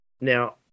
now